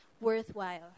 worthwhile